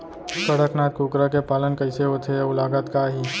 कड़कनाथ कुकरा के पालन कइसे होथे अऊ लागत का आही?